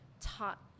taught